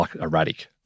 erratic